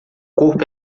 corpo